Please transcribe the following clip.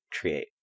create